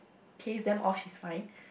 pays them off she's fine